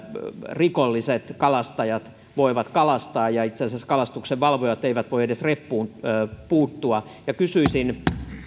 rikolliset kalastajat voivat kalastaa ja itse asiassa kalastuksenvalvojat eivät voi edes reppuun puuttua kysyisin